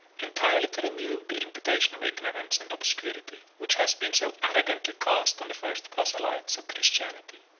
entirely to remove the imputation of ignorance and obscurity which has been so arrogantly cast on the first proselytes of christianity.